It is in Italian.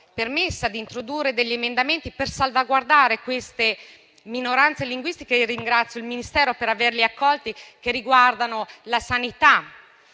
permessa allora di introdurre degli emendamenti per salvaguardare queste minoranze linguistiche. Ringrazio il Ministero per averli accolti. Tali misure riguardano la sanità,